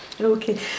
Okay